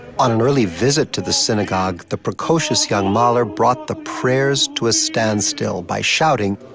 on an early visit to the synagogue, the precocious young mahler brought the prayers to a standstill by shouting,